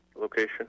location